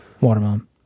watermelon